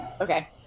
Okay